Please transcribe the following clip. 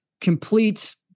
complete